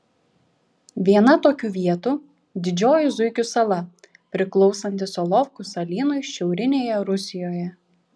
viena tokių vietų didžioji zuikių sala priklausanti solovkų salynui šiaurinėje rusijoje